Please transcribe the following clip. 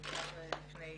החל 19